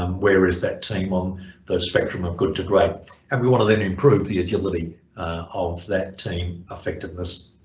um where is that team on the spectrum of good to great and we want to then improve the agility of that team effectiveness